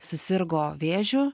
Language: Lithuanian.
susirgo vėžiu